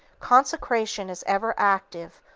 consecration is ever active,